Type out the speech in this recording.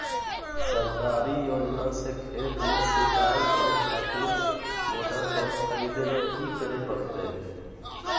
सरकारी योजना से खेत में सिंचाई करे खातिर मोटर पंप खरीदे में की करे परतय?